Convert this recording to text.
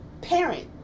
parent